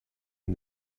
and